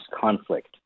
conflict